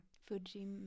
Fuji